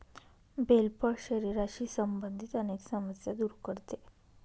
bell फळ शरीराशी संबंधित अनेक समस्या दूर करते